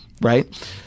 right